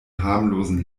harmlosen